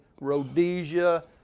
Rhodesia